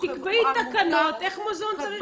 תקבעי תקנות איך מוזיאון צריך להיראות.